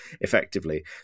effectively